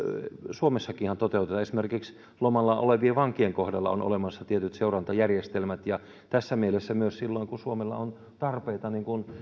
myöskin suomessa esimerkiksi lomalla olevien vankien kohdalla on olemassa tietyt seurantajärjestelmät ja tässä mielessä myös silloin kun suomella on tarpeita